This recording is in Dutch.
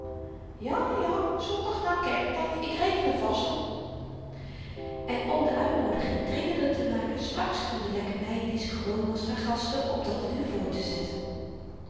ja ja zondag na kerktyd ik reken er vast op en om de uitnoodiging dringender te maken sprak ze van de lekkernyen die ze gewoon was haar gasten op dat uur